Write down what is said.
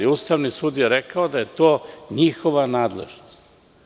Ustavni sud je rekao da je to njihova nadležnost.